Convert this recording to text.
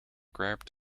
grabbed